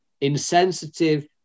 insensitive